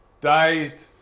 dazed